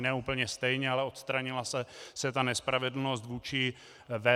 Ne úplně stejně, ale odstranila se ta nespravedlnost vůči VZP.